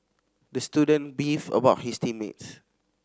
the student beefed about his team mates